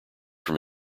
from